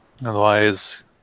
Otherwise